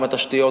עם התשתיות,